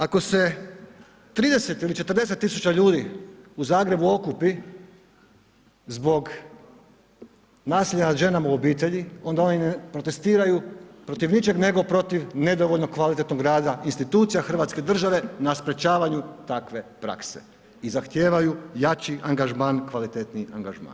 Ako se 30 ili 40 000 ljudi u Zagrebu okupi zbog nasilja nad ženama u obitelji, onda oni ne protestiraju protiv ničeg nego protiv nedovoljnog kvalitetnog rada institucija hrvatske države na sprječavanju takve prakse i zahtijevaju jači angažman i kvalitetniji angažman.